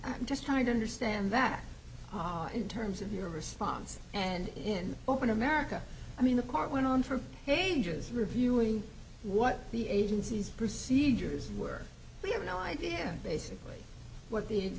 i'm just trying to understand that in terms of your response and in open america i mean the court went on for pages reviewing what the agency's procedures were we have no idea basically what the